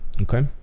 okay